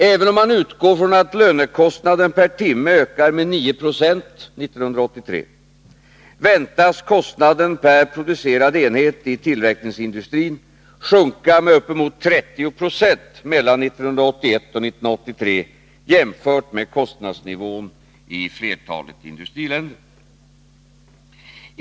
Även om man utgår från att lönekostnaden per timme ökar med 9 20 1983 väntas kostnaden per producerad enhet i tillverkningsindustrin sjunka med uppemot 30 26 mellan 1981 och 1983 jämfört med kostnadsnivån i flertalet industriländer.